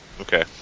okay